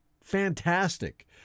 fantastic